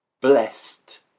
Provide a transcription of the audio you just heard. Blessed